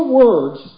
words